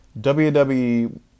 WWE